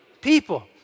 people